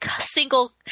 single